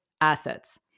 assets